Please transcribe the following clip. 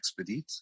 Expedit